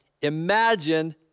Imagine